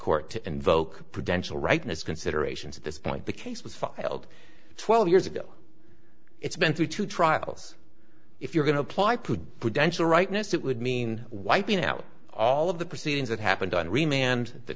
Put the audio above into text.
court to invoke prudential rightness considerations at this point the case was filed twelve years ago it's been through two trials if you're going to apply put prudential rightness it would mean wiping out all of the proceedings that happened on